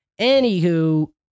Anywho